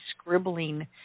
scribbling